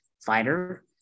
fighter